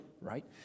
right